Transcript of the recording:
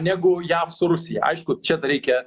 negu jav su rusija aišku čia dar reikia